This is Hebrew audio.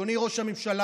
אדוני ראש הממשלה,